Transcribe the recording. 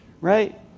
right